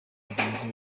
bagenzi